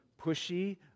pushy